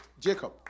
Jacob